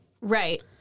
Right